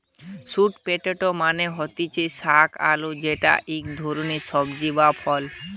sweet potato মানে হতিছে শাক আলু যেটা ইক ধরণের সবজি বা ফল